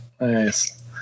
Nice